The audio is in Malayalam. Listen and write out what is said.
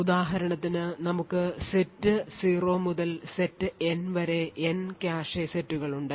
ഉദാഹരണത്തിന് നമുക്ക് സെറ്റ് 0 മുതൽ സെറ്റ് N വരെ എൻ കാഷെ സെറ്റുകളുണ്ട്